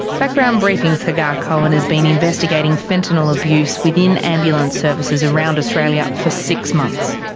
background briefing's hagar cohen has been investigating fentanyl abuse within ambulance services around australia for six months.